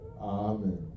Amen